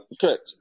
Correct